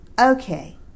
Okay